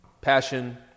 passion